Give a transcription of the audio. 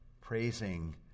praising